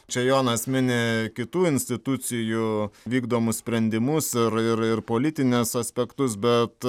čia jonas mini kitų institucijų vykdomus sprendimus ir ir politinius aspektus bet